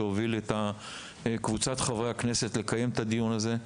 שהוביל את קבוצת חברי הכנסת לקיים את הדיון הזה,